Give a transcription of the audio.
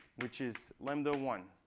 which is lambda one.